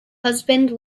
husband